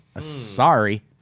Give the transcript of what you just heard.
Sorry